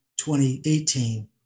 2018